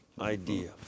idea